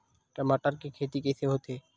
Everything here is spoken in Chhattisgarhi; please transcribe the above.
टमाटर के खेती कइसे होथे?